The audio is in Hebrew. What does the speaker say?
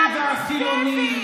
אתה מלא שנאה.